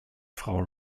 frau